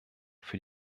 für